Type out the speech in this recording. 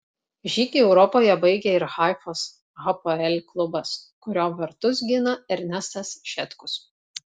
žygį europoje baigė ir haifos hapoel klubas kurio vartus gina ernestas šetkus